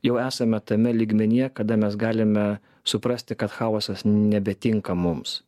jau esame tame lygmenyje kada mes galime suprasti kad chaosas nebetinka mums